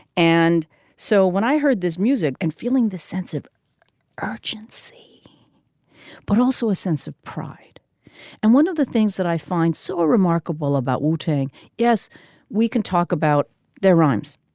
and so when i heard this music and feeling the sense of urgency but also a sense of pride and one of the things that i find so ah remarkable about wu tang yes we can talk about their rhymes.